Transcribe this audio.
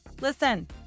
listen